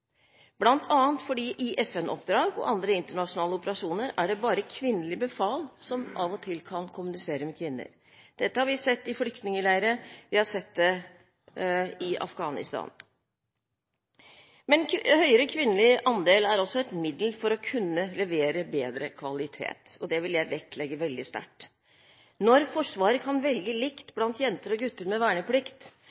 fordi i FN-oppdrag og andre internasjonale operasjoner er det bare kvinnelig befal som av og til kan kommunisere med kvinner. Dette har vi sett i flyktningleirer, og vi har sett det i Afghanistan. Høyere kvinnelig andel er også et middel for å kunne levere bedre kvalitet, og det vil jeg vektlegge veldig sterkt. Når Forsvaret kan velge likt